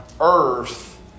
earth